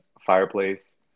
fireplace